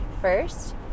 first